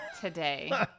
today